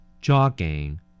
Jogging